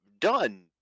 done